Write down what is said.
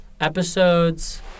episodes